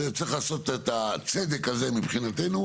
צירך לעשות את הצדק הזה מבחינתנו,